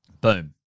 boom